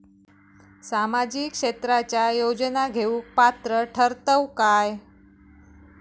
सामाजिक क्षेत्राच्या योजना घेवुक पात्र ठरतव काय?